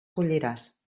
colliràs